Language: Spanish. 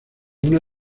una